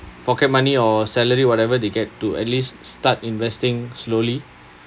pocket money or salary whatever they get to at least start investing slowly